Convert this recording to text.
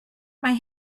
mae